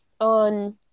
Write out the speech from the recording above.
on